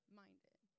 minded